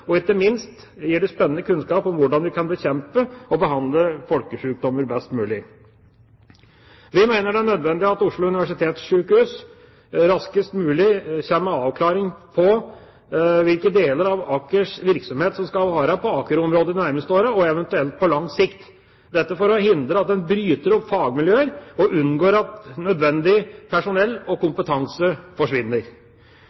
minst gir det spennende kunnskap om hvordan vi kan bekjempe og behandle folkesykdommer best mulig. Vi mener det er nødvendig at Oslo universitetssykehus raskest mulig kommer med avklaring på hvilke deler av Akers virksomhet som skal være på Aker-området de nærmeste årene og eventuelt på lang sikt, dette for å hindre at man bryter opp fagmiljøer og unngår at nødvendig personell og